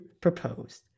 proposed